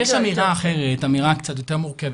יש אמירה אחרת, אמירה קצת יותר מורכבת,